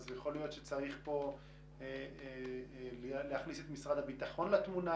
אז יכול להיות שצריך להכניס פה את משרד הביטחון לתמונה.